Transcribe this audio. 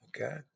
Okay